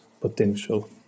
potential